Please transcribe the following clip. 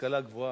השכלה גבוהה.